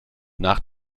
nach